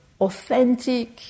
authentic